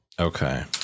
Okay